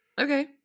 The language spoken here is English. Okay